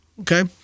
Okay